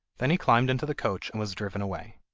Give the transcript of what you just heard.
then he climbed into the coach and was driven away.